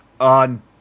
on